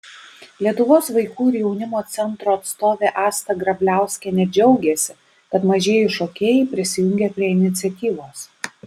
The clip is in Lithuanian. lietuvos vaikų ir jaunimo centro atstovė asta grabliauskienė džiaugėsi kad mažieji šokėjai prisijungė prie iniciatyvos